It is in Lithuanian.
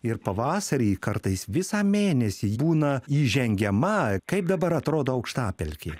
ir pavasarį kartais visą mėnesį būna įžengiama kaip dabar atrodo aukštapelkė